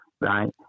right